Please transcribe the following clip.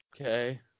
okay